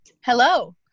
Hello